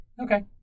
Okay